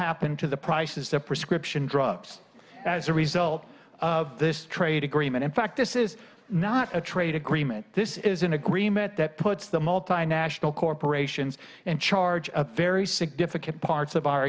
happen to the prices that prescription drugs as a result of this trade agreement in fact this is not a trade agreement this is an agreement that puts the multinational corporations in charge of very significant parts of our